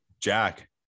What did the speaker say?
Jack